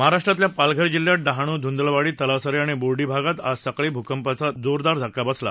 महाराष्ट्रातल्या पालघर जिल्ह्यात डहाणू धुंदलवाडी तलासरी आणि बोर्डी भागात आज सकाळी पुन्हा भूकंपाचा जोरदार धक्का बसला